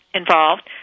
involved